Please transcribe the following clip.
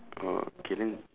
oh okay then